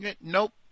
Nope